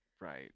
right